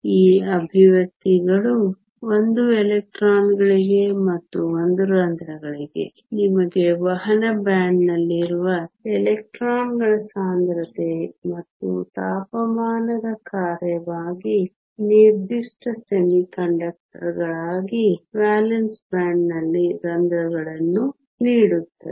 ಈ ಎಕ್ಸ್ಪ್ರೆಶನ್ ಗಳು ಒಂದು ಎಲೆಕ್ಟ್ರಾನ್ಗಳಿಗೆ ಮತ್ತು ಒಂದು ರಂಧ್ರಗಳಿಗೆ ನಿಮಗೆ ವಹನ ಬ್ಯಾಂಡ್ನಲ್ಲಿನ ಎಲೆಕ್ಟ್ರಾನ್ಗಳ ಸಾಂದ್ರತೆ ಮತ್ತು ತಾಪಮಾನದ ಕಾರ್ಯವಾಗಿ ನಿರ್ದಿಷ್ಟ ಅರೆವಾಹಕವಾಗಿ ವೇಲೆನ್ಸಿ ಬ್ಯಾಂಡ್ನಲ್ಲಿ ರಂಧ್ರಗಳನ್ನು ನೀಡುತ್ತದೆ